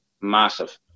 massive